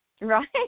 right